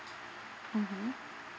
mmhmm